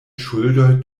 ŝuldoj